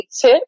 tip